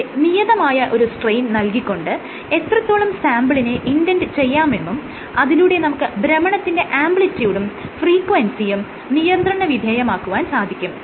ഇവിടെ നിയതമായ ഒരു സ്ട്രെയിൻ നൽകികൊണ്ട് എത്രത്തോളം സാംപിളിനെ ഇൻഡെന്റ് ചെയ്യാമെന്നും അതിലൂടെ നമുക്ക് ഭ്രമണത്തിന്റെ ആംപ്ലിട്യൂഡും ഫ്രീക്വൻസിയും നിയന്ത്രണവിധേയമാക്കുവാൻ സാധിക്കും